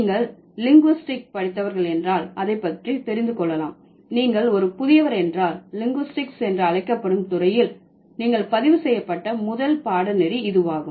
நீங்கள் லிங்குஸ்டிக்ஸ் மொழியியல் படித்தவர்கள் என்றால் அதை பற்றி தெரிந்து கொள்ளலாம் நீங்கள் ஒரு புதியவர் என்றால் லிங்குஸ்டிக்ஸ் மொழியியல் என்று அழைக்கப்படும் துறையில் நீங்கள் பதிவு செய்யப்பட்ட முதல் பாடநெறி இதுவாகும்